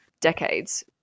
decades